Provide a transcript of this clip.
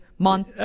Month